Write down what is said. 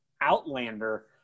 outlander